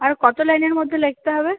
আর কত লাইনের মধ্যে লিখতে হবে